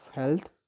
health